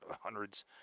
hundreds